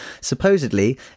Supposedly